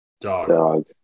Dog